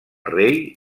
rei